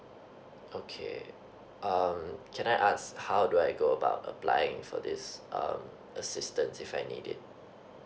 okay um can I ask how do I go about applying for this um assistance if I need it